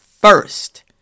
first